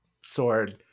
sword